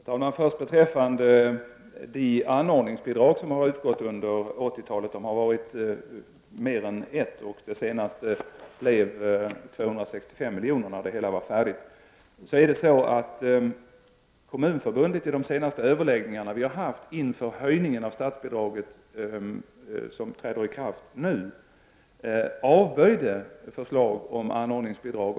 Herr talman! Jan-Olof Ragnarsson tog upp de anordningsbidrag som har utgått under 1980-talet. Det har varit fråga om flera bidrag, och det sista uppgick till 265 milj.kr. när det hela var färdigt. I de senaste överläggningarna inför höjningen av statsbidragen, som träder i kraft nu, avböjde Kommunförbundet förslag om anordningsbidrag.